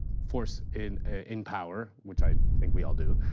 force in in power, which i think we all do,